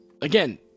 again